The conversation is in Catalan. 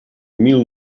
mil